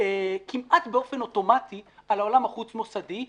כמעט באופן אוטומטי על העולם החוץ מוסדי.